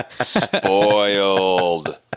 spoiled